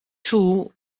too